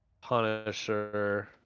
punisher